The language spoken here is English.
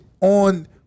on